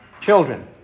children